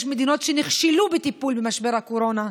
יש מדינות שנכשלו בטיפול במשבר הקורונה,